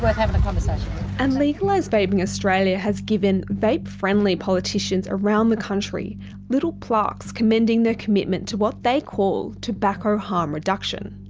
um so and legalise vaping australia has given vape-friendly politicians around the country little plaques commending their commitment to what they call tobacco harm reduction.